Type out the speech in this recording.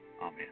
Amen